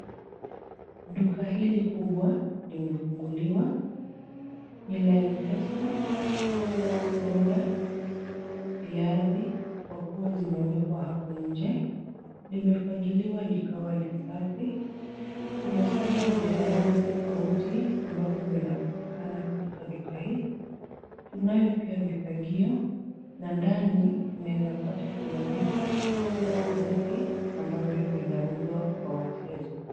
Duka hili kubwa limefunguliwa. Ni la M-pesa, soda, viazi kwa kuwa zimewekwa hapo nje. Limefagiliwa likawa safi. Kuna soda za aina tofauti ambazo zinapatikana katika duka hili. Kunayo pia vifagio na ndani unaeza pata kuna vitu tofauti ambavyo vinauzwa kwa wateja.